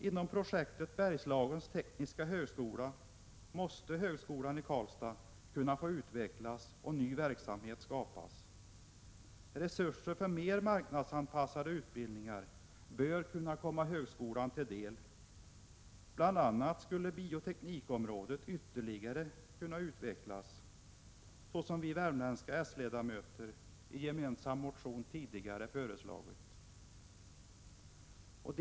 Inom projektet Bergslagens tekniska högskola måste högskolan i Karlstad få utvecklas och ny verksamhet skapas. Resurser för mer marknadsanpassade utbildningar bör kunna komma högskolan till del. Bl. a. skulle bioteknikområdet ytterligare kunna utvecklas, såsom vi värmländska s-ledamöter i en gemensam motion tidigare föreslagit.